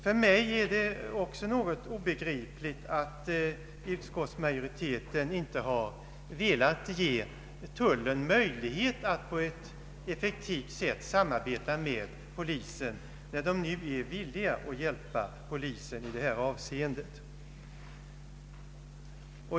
För mig är det också obegripligt att utskottsmajoriteten inte har velat ge tullen möjlighet att på ett effektivt sätt samarbeta med polisen, när tullen nu är villig att hjälpa polisen i det här avseendet.